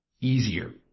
easier